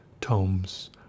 tomes